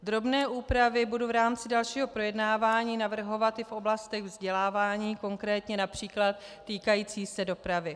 Drobné úpravy budu v rámci dalšího projednávání navrhovat i v oblastech vzdělávání, konkrétně například týkající se dopravy.